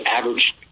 average